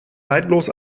neidlos